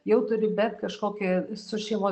jau turi bent kažkokį su šeimos